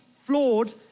flawed